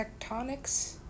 tectonics